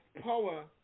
power